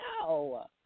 No